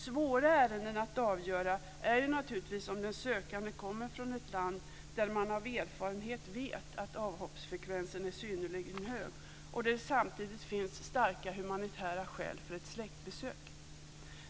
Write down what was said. Svåra ärenden att avgöra är naturligtvis sådana där den sökande kommer från ett land som man av erfarenhet vet att man har en synnerligen hög frekvens av avhopp från och där det samtidigt finns starka humanitära skäl för ett släktbesök.